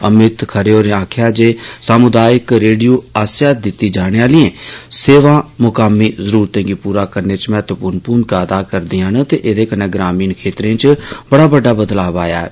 अमित खरे होरें आक्खेआ जे समुदायिक रेडियो आस्सेआ दिती जाने आलिएं सेवा मुकामी जरुरतें गी पूरा करने च महत्वपूर्ण भूमिका अदा करदियां ने ते एहदे कन्नै ग्रामीण खेत्तरें च बड़ा बड़ा बदलाव आया ऐ